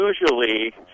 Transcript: usually